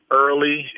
early